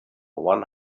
one